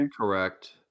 Correct